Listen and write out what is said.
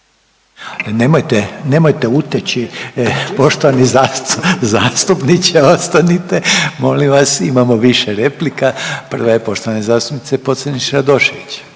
nemojte uteći, poštovani zastupniče ostanite molim vas, imamo više replika, prva je poštovane zastupnice Pocrnić Radošević.